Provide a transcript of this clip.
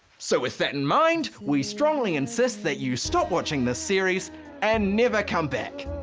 so with that in mind, we strongly insist that you stop watching this series and never come back.